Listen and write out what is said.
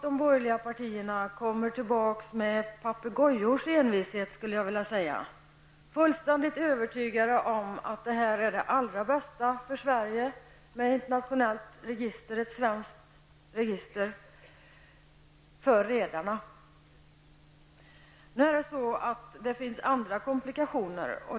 De borgerliga partierna kommer tillbaka med papegojors envishet, skulle jag vilja säga, fullständigt övertygade om att det allra bästa för redarna i Sverige är ett svenskt internationellt register. Men det finns andra komplikationer.